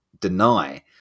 deny